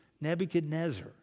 Nebuchadnezzar